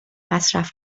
مصرف